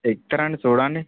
ఎక్కుతారండి చూడండి